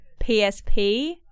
PSP